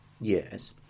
Yes